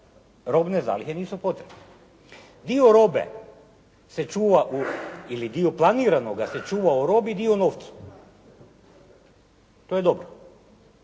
robne zalihe nisu potrebne. Dio robe se čuva u, ili dio planiranoga se čuva u robi, dio u novcu. To je dobro.